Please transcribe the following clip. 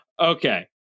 Okay